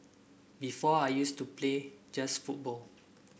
before I used to play just football